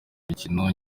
mikino